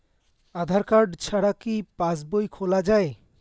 আধার card ছাড়া কি পাসবই খোলা যায়?